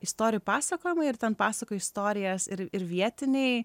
istorijų pasakojimai ir ten pasakoja istorijas ir vietiniai